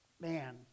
Man